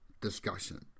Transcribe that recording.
discussion